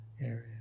area